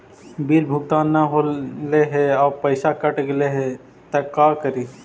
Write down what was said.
Bill भुगतान न हौले हे और पैसा कट गेलै त का करि?